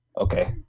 Okay